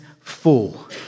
full